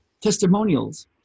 testimonials